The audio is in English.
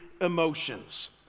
emotions